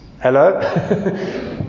hello